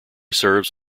serves